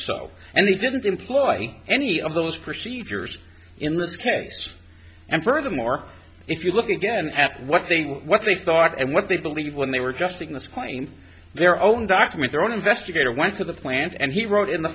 so and they didn't employ any of those procedures in this case and furthermore if you look again at what they what they thought and what they believe when they were just in this claim their own document their own investigator went to the plant and he wrote in the